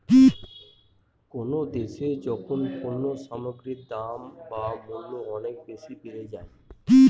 কোনো দেশে যখন পণ্য সামগ্রীর দাম বা মূল্য অনেক বেশি বেড়ে যায়